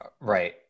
right